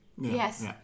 Yes